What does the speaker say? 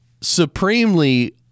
supremely